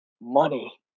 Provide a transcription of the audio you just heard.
money